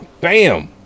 Bam